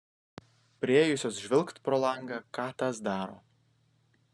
priėjusios žvilgt pro langą ką tas daro